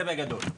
זה בגדול.